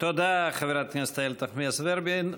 תודה, חברת הכנסת איילת נחמיאס ורבין.